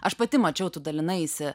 aš pati mačiau tu dalinaisi